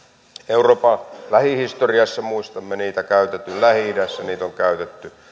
euroopan lähihistoriassa muistamme niitä on käytetty lähi idässä niitä on käytetty